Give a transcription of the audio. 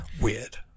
Weird